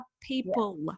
people